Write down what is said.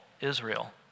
Israel